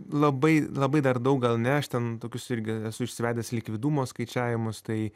labai labai dar daug gal ne aš ten tokius irgi esu išsivedęs likvidumo skaičiavimus tai